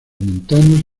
montanos